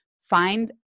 Find